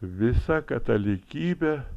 visą katalikybę